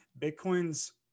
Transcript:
Bitcoin's